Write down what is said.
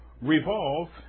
Revolve